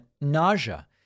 nausea